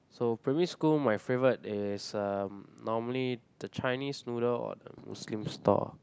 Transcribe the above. so primary school my favourite is um normally the Chinese noodle or the Muslim store